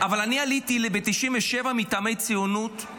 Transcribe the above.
אבל אני עליתי ב-1997 מטעמי ציונות,